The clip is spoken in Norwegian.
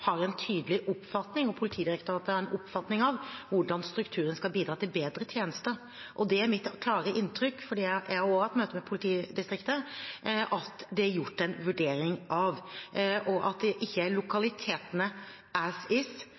og Politidirektoratet har en tydelig oppfatning av hvordan strukturen skal bidra til bedre tjenester. Mitt klare inntrykk – jeg har også hatt møte med politidistriktet – er at det er gjort en vurdering av det, og at det ikke er lokalitetene «as is»